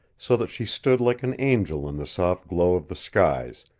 so that she stood like an angel in the soft glow of the skies,